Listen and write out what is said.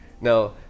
Now